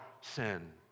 sin